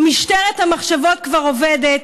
משטרת המחשבות כבר עובדת.